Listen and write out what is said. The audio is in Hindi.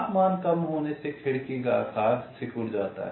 तापमान कम होने से खिड़की का आकार सिकुड़ जाता है